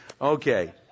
okay